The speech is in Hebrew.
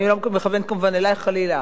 אני לא מכוונת כמובן אלייך, חלילה.